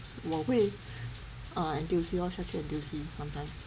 我会 uh N_T_U_C lor 下去 N_T_U_C sometimes